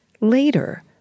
later